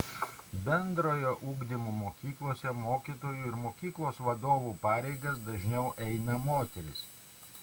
bendrojo ugdymo mokyklose mokytojų ir mokyklos vadovų pareigas dažniau eina moterys